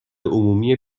عمومی